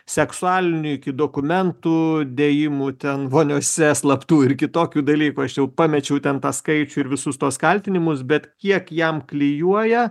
seksualinių iki dokumentų dėjimų ten voniose slaptų ir kitokių dalykų aš jau pamečiau ten tą skaičių ir visus tuos kaltinimus bet kiek jam klijuoja